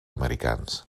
americans